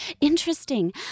Interesting